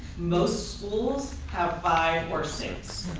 most schools have five or six.